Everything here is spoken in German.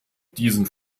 diesen